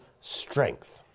strength